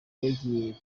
yagiye